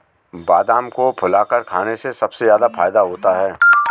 बादाम को फुलाकर खाने से सबसे ज्यादा फ़ायदा होता है